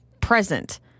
present